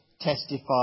testify